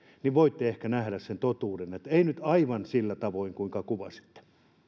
niin voitte ehkä nähdä sen totuuden että ei nyt aivan ole sillä tavoin kuinka kuvasitte